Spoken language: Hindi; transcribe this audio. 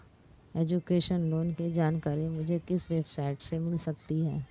एजुकेशन लोंन की जानकारी मुझे किस वेबसाइट से मिल सकती है?